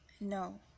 No